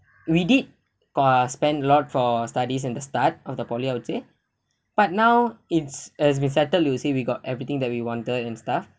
we did ah spend a lot for studies in the start of the poly I would say but now it's as we settled we would say we got everything that we wanted and stuff